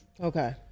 Okay